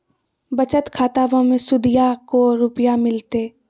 बचत खाताबा मे सुदीया को रूपया मिलते?